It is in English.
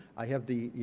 i have the, you